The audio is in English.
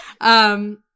Um-